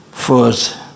First